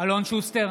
אלון שוסטר,